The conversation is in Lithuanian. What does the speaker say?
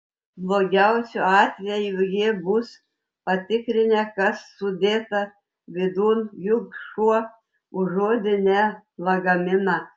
blogiausiu atveju jie bus patikrinę kas sudėta vidun juk šuo užuodė ne lagaminą